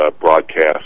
broadcast